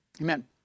amen